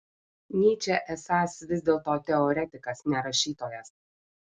nyčė esąs vis dėlto teoretikas ne rašytojas